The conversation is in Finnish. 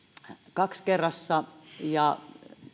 kakskerrassa ja